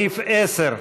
לסעיף 10,